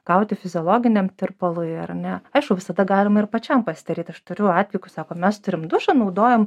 gauti fiziologiniam tirpalui ar ne aišku visada galima ir pačiam pasidaryti aš turiu atvejų kur sako mes turim dušą naudojam